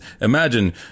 imagine